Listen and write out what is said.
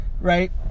right